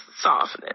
softness